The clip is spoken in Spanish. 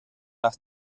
las